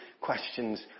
questions